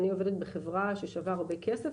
אני עובדת בחברה ששווה הרבה כסף,